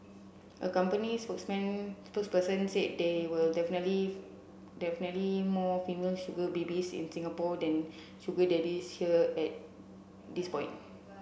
a company spokesman spokesperson said there were definitely definitely more female sugar babies in Singapore than sugar daddies here at this point